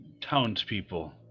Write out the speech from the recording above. townspeople